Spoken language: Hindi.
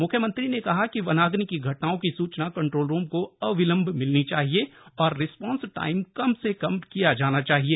म्ख्यमंत्री ने कहा कि वनाग्नि की घटनाओं की सूचना कंट्रोल रूम को अविलम्ब मिलनी चाहिए और रिस्पॉन्स टाइम कम से कम किया जाना चाहिए